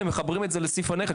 ומחברים את זה לסעיף הנכד,